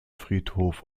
friedhof